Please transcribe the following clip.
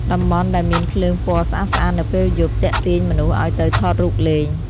តំបន់ដែលមានភ្លើងពណ៌ស្អាតៗនៅពេលយប់ ទាក់ទាញមនុស្សឱ្យទៅថតរូបលេង។